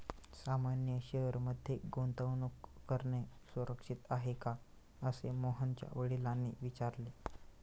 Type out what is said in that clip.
सामान्य शेअर मध्ये गुंतवणूक करणे सुरक्षित आहे का, असे मोहनच्या वडिलांनी विचारले